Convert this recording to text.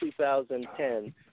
2010